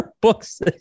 books